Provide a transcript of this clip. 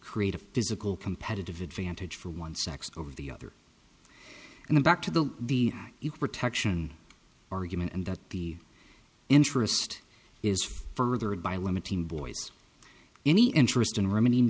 create a physical competitive advantage for one sex over the other and the back to the the you protection argument and that the interest is furthered by limiting boys any interest in